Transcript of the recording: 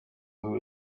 who